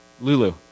Lulu